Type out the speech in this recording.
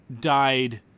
died